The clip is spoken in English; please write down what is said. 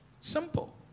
Simple